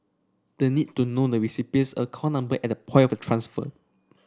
the need to know the recipient's account number at the point of transfer